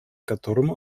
которым